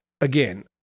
again